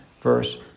verse